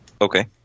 Okay